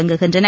தொடங்குகின்றன